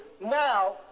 now